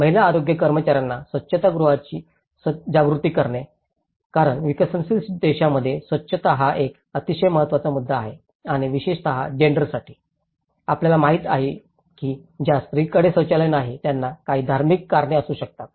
महिला आरोग्य कर्मचार्यांना स्वच्छता जागृती करणे कारण विकसनशील देशांमध्ये स्वच्छता हा एक अतिशय महत्वाचा मुद्दा आहे आणि विशेषत जेन्डरसाठी आपल्याला माहित आहे की ज्या स्त्रीकडे शौचालय नाही त्यांना काही धार्मिक कारणे असू शकतात